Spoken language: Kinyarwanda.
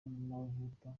amavuta